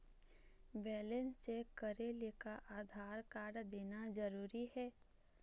Balance check करेले का Aadhaar card देना जरूरी हे?